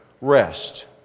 rest